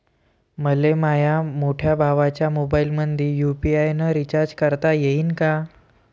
मले माह्या मोठ्या भावाच्या मोबाईलमंदी यू.पी.आय न रिचार्ज करता येईन का?